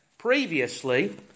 Previously